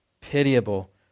pitiable